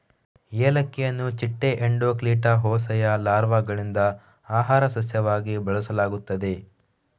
ಏಲಕ್ಕಿಯನ್ನು ಚಿಟ್ಟೆ ಎಂಡೋಕ್ಲಿಟಾ ಹೋಸೆಯ ಲಾರ್ವಾಗಳಿಂದ ಆಹಾರ ಸಸ್ಯವಾಗಿ ಬಳಸಲಾಗುತ್ತದೆ